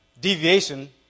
deviation